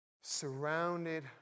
Surrounded